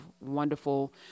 wonderful